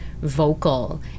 vocal